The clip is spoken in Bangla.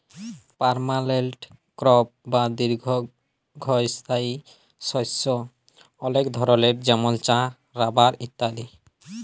পার্মালেল্ট ক্রপ বা দীঘ্ঘস্থায়ী শস্য অলেক ধরলের যেমল চাঁ, রাবার ইত্যাদি